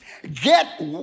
Get